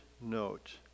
note